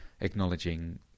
acknowledging